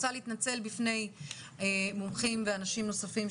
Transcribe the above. להתנצל בפני מומחים ומוזמנים נוספים,